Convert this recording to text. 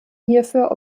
hierfür